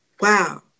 wow